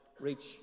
reach